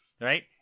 right